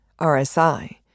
RSI